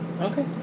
Okay